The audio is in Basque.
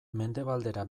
mendebaldera